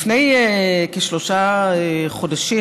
לפני כשלושה חודשים,